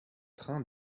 train